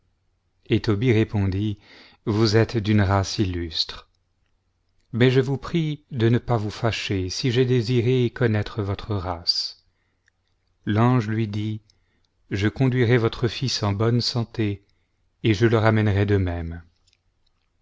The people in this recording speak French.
et tobie répondit vous êtes d'une race illustre mais je vous prie de ne pas vous fâcher si j ai désiré connaître votre race l'ange lui dit je conduirai votre fils en bonne santé et le ramènerai de même